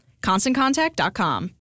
ConstantContact.com